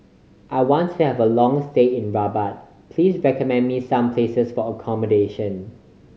I want to have a long stay in Rabat please recommend me some places for accommodation